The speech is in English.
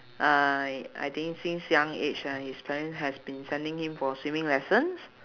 I I think since young age ah his parent has been sending him for swimming lessons